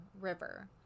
River